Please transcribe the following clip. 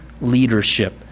leadership